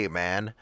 man